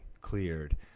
cleared